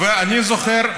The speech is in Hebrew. ואני זוכר,